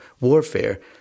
warfare